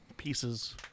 pieces